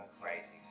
crazy